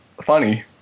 funny